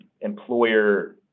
employer